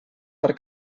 per